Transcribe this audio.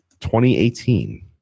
2018